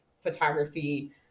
photography